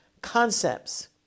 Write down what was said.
concepts